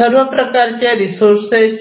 सर्व प्रकारच्या रिसोर्सेस